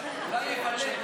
אנחנו מתייחסים לאותן